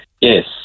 yes